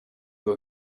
will